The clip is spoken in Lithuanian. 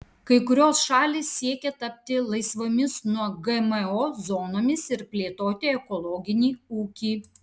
kai kurios šalys siekia tapti laisvomis nuo gmo zonomis ir plėtoti ekologinį ūkį